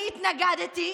התנגדתי,